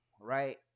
right